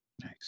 Nice